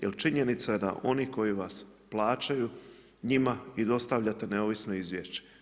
Jer činjenica je da oni koji vas plaćaju, njima i dostavljate neovisno izvješće.